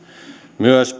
myös